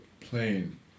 plane